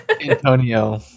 Antonio